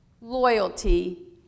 loyalty